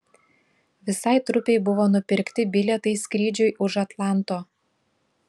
visai trupei buvo nupirkti bilietai skrydžiui už atlanto